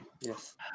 Yes